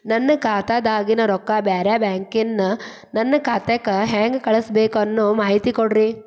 ನನ್ನ ಖಾತಾದಾಗಿನ ರೊಕ್ಕ ಬ್ಯಾರೆ ಬ್ಯಾಂಕಿನ ನನ್ನ ಖಾತೆಕ್ಕ ಹೆಂಗ್ ಕಳಸಬೇಕು ಅನ್ನೋ ಮಾಹಿತಿ ಕೊಡ್ರಿ?